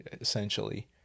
essentially